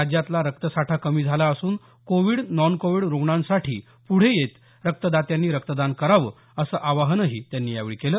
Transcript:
राज्यातला रक्तसाठा कमी झाला असून कोविड नॉनकोविड रुग्णांसाठी पुढे येऊन रक्तदात्यांनी रक्तदान करावं असं आवाहन त्यांनी यावेळी केलं